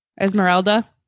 Esmeralda